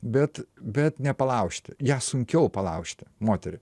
bet bet nepalaužti ją sunkiau palaužti moterį